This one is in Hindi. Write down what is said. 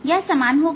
यह समान होगा